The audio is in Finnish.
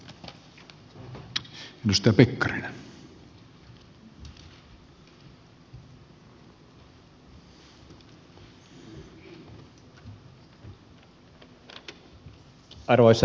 arvoisa puhemies